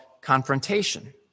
confrontation